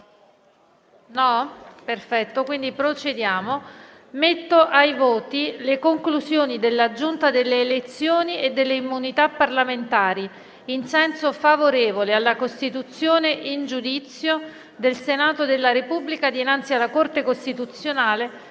con scrutinio simultaneo delle conclusioni della Giunta delle elezioni e delle immunità parlamentari in senso favorevole alla costituzione in giudizio del Senato della Repubblica dinanzi alla Corte costituzionale